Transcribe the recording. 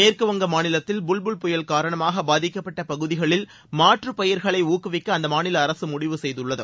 மேற்கு வங்க மாநிலத்தில் புல்புல் புயல் காரணமாக பாதிக்கப்பட்ட பகுதிகளில் மாற்று பயிர்களை ஊக்குவிக்க அந்த மாநில அரசு முடிவு செய்துள்ளது